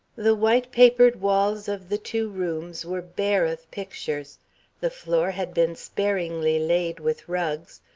the white-papered walls of the two rooms were bare of pictures the floor had been sparingly laid with rugs.